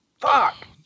Fuck